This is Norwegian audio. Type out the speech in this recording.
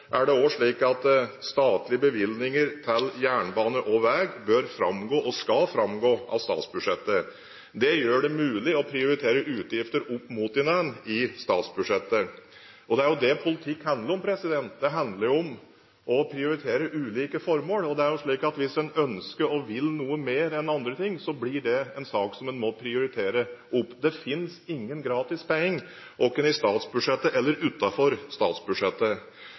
er det også slik at statlige bevilgninger til jernbane og vei bør framgå – og skal framgå – av statsbudsjettet. Det gjør det mulig å prioritere utgifter opp mot hverandre i statsbudsjettet. Det er jo det politikk handler om; det handler om å prioritere ulike formål. Hvis en ønsker og vil noe mer enn andre ting, blir det en sak som en må prioritere opp. Det fins ingen gratis penger, verken i statsbudsjettet eller utenfor statsbudsjettet.